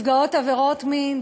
נפגעות עבירות מין,